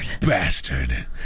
Bastard